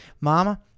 mama